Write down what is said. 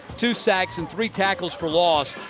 two sacks and three tackles for loss,